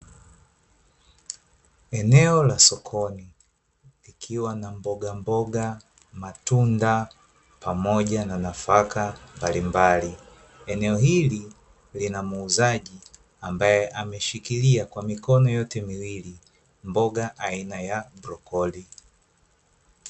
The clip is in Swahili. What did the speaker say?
Eneo la sokoni likiwa na mboga mboga, matunda pamoja na nafaka mbalimbali. Eneo hili linamuuzaji ambae ameshikila kwa mikono yote miwili mboga aina ya brokoli.